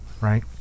right